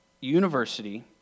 university